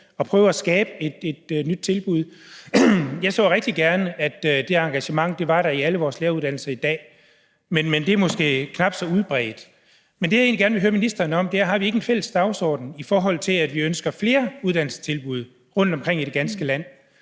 at prøve at skabe et nyt tilbud. Jeg så rigtig gerne, at det engagement var der i alle vores læreruddannelser i dag, men det er måske knap så udbredt. Det, jeg egentlig gerne vil høre ministeren om, er: Har vi ikke en fælles dagsorden om, at vi ønsker flere uddannelsestilbud rundtomkring i det ganske land?